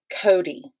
Cody